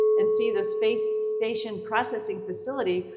and see the space station processing facility,